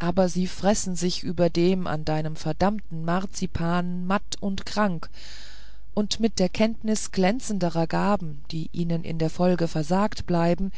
aber sie fressen sich überdem an deinem verdammten marzipan matt und krank und mit der kenntnis glänzenderer gaben die ihnen in der folge versagt bleiben